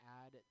add